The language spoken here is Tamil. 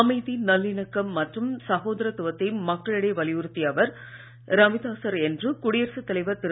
அமைதி நல்லிணக்கம் மற்றும் சகோதரத்துவத்தை மக்களிடையே வலியுறுத்தியவர் ரவிதாசர் என்று குடியரசுத் தலைவர் திரு